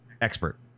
expert